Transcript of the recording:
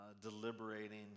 deliberating